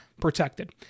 protected